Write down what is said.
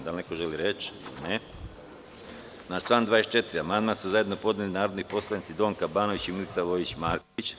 Da li neko želi reč? (Ne) Na član 24. amandman su zajedno podneli narodni poslanici Donka Banović i Milica Vojić Marković.